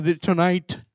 tonight